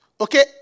Okay